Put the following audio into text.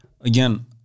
Again